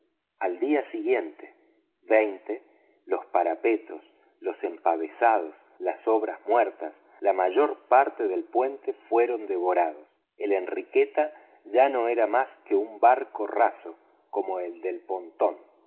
al día siguiente los parapetos los empavesados las obras muertas la mayor parte del puente fueron devorados la enriqueta ya no era más que un barco raso como el del pontón